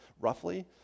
roughly